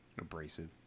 Abrasive